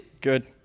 good